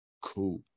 cool